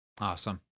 Awesome